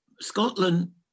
Scotland